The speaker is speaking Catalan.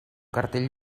cartell